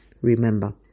Remember